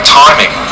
timing